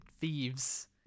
thieves